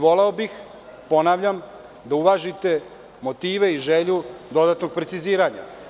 Voleo bih, ponavljam, da uvažite motive i želju dodatnog preciziranja.